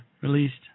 released